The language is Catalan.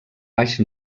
baix